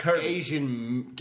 Asian